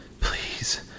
please